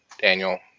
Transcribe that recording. Daniel